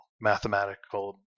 mathematical